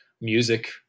music